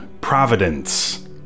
Providence